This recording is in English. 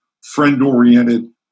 friend-oriented